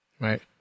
Right